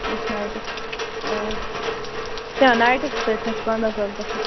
أکِس نایٹس اۭں سُہ چھُ نَہ نایٹسٕے سۭتۍ تتھ چھِ پنٛدہ ساس گژھان